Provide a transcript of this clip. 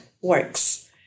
works